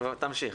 אבל תמשיך.